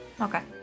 Okay